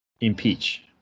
impeach